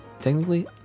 technically